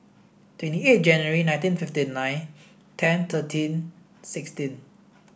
twenty eight January nineteen fifty nine ten thirteen sixteen